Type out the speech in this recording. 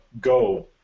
go